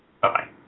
Bye